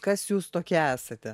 kas jūs tokie esate